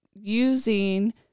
using